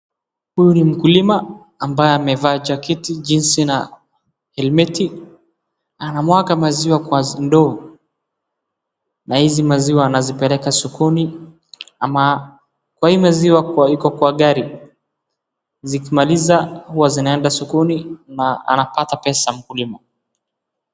Huyu ni mkulima ambaye amevaa jaketi, jinsi na helmeti , anawaga maziwa kwa ndoo na hizi maziwa anazipeleka sokoni ama kwa hii maziwa iko kwa gari zikimaliza huwa zinaenda sokoni na anapata pesa mkulima.